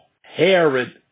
Herod